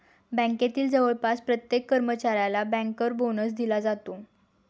बँकेतील जवळपास प्रत्येक कर्मचाऱ्याला बँकर बोनस दिला जातो